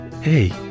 Hey